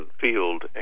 field